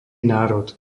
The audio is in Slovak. národ